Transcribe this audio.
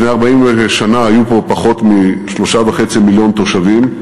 לפני 40 שנה היו פה פחות מ-3.5 מיליון תושבים.